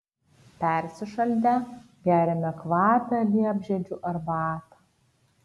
persišaldę geriame kvapią liepžiedžių arbatą